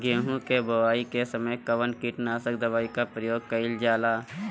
गेहूं के बोआई के समय कवन किटनाशक दवाई का प्रयोग कइल जा ला?